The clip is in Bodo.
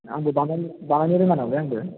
आंबो बानायनो रोङा नालाय आंबो